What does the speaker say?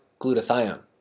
glutathione